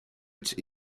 its